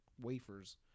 wafers